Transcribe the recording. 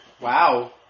wow